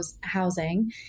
housing